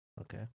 Okay